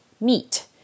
Meat